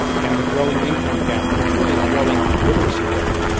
and the growing income gap, but it's really a growing literacy gap,